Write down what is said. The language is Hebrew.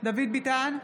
דוד ביטן,